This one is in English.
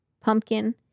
pumpkin